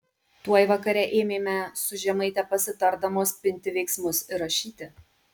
tuoj vakare ėmėme su žemaite pasitardamos pinti veiksmus ir rašyti